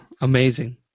Amazing